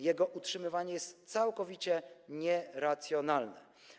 Jego utrzymywanie jest całkowicie nieracjonalne.